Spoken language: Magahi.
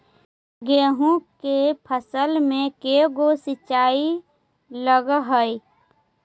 गेहूं के फसल मे के गो सिंचाई लग हय?